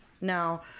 Now